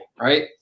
right